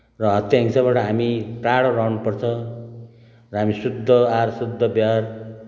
र हत्या हिंसाबाट हामी टाढो रहनुपर्छ र शुद्ध आहार शुद्ध व्यवहार